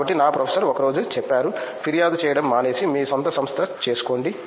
కాబట్టి నా ప్రొఫెసర్ ఒక రోజు చెప్పారు ఫిర్యాదు చేయడం మానేసి మీ స్వంత సంస్థ చేసుకోండి